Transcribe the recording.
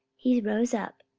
he rose up,